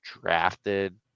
drafted